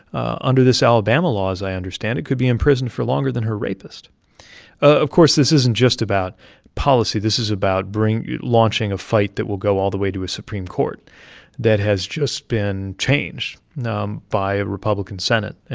ah under this alabama law, as i understand it, could be in prison for longer than her rapist of course, this isn't just about policy this is about bringing launching a fight that will go all the way to a supreme court that has just been changed um by a republican senate,